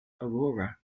aurora